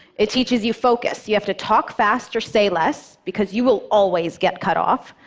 it teaches you focus you have to talk fast or say less, because you will always get cut off.